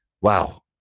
Wow